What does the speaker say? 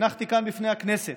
שהנחתי כאן בפני הכנסת,